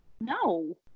No